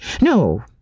No